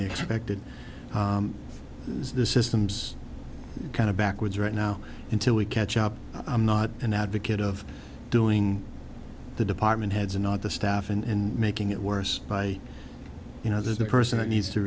they expected is the system's kind of backwards right now until we catch up i'm not an advocate of doing the department heads and not the staff and making it worse by you know there's the person that needs to